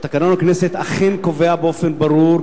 שתקנון הכנסת אכן קובע באופן ברור,